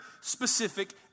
specific